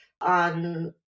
on